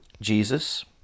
Jesus